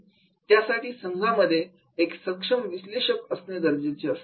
त्यासाठी संघामध्ये एक सक्षम विश्लेषक असणे गरजेचे असते